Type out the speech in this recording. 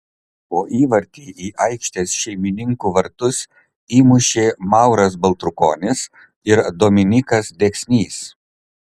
po įvartį į aikštės šeimininkų vartus įmušė mauras baltrukonis ir dominykas deksnys